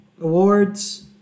awards